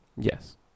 Yes